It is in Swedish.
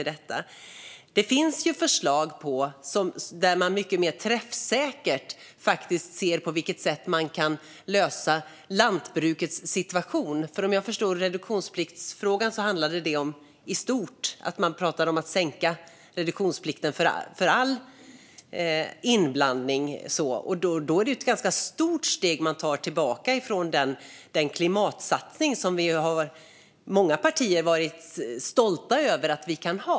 Det finns mycket mer träffsäkra förslag på sätt att lösa lantbrukets situation. Om jag förstår det rätt vill ni vill sänka reduktionsplikten för all inblandning. Det är ett ganska stort steg tillbaka ni tar från den klimatsatsning som många partier har varit stolta över att vi kan ha.